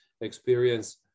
experience